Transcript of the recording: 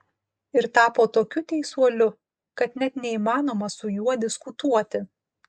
ir tapo tokiu teisuoliu kad net neįmanoma su juo diskutuoti